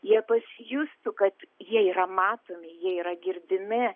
jie pasijustų kad jie yra matomi jie yra girdimi